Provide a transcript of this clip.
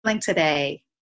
today